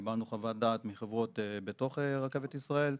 קיבלנו חוות דעת מחברות בתוך רכבת ישראל.